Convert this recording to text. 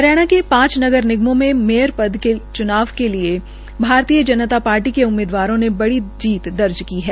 हरियाणा के पांच नगर निगमों में मेयर पद के लिये च्नाव में भारतीय जनता पार्टी के उम्मीदवारों ने बड़ी जीत दर्ज की है